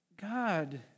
God